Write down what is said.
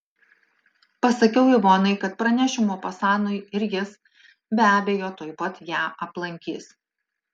pasakiau ivonai kad pranešiu mopasanui ir jis be abejo tuoj pat ją aplankys